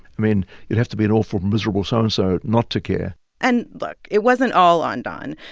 i mean, you'd have to be an awful, miserable so-and-so not to care and, look it wasn't all on don.